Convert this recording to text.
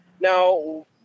now